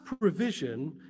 provision